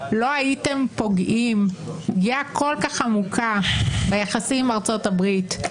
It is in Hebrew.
לא הייתם פוגעים פגיעה כל כך עמוקה ביחסים עם ארצות-הברית -- תודה,